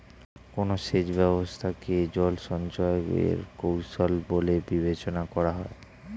কোন সেচ ব্যবস্থা কে জল সঞ্চয় এর কৌশল বলে বিবেচনা করা হয়?